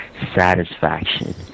satisfaction